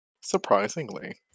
Surprisingly